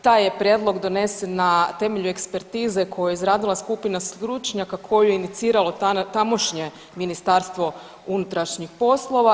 Taj je prijedlog donesen na temelju ekspertize koju je izradila skupina stručnjaka koju je iniciralo tamošnje Ministarstvo unutrašnjih poslova.